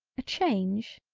a change,